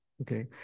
Okay